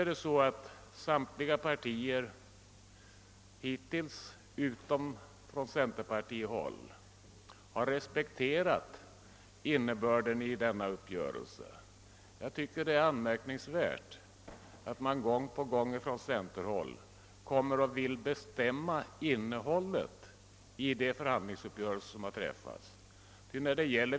Hittills har samtliga partier utom centerpartiet respekterat innebörden i denna uppgörelse. Jag tycker det är anmärkningsvärt att centerpartiet gång på gång vill bestämma innehållet i de förhandlingsuppgörelser som har träffats.